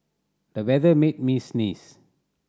the weather made me sneeze